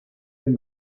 den